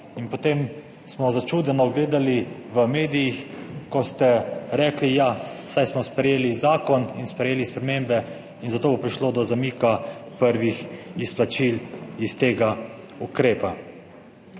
in potem smo začudeno gledali v medijih, ko ste rekli, ja, saj smo sprejeli zakon in sprejeli spremembe in zato bo prišlo do zamika prvih izplačil iz tega ukrepa.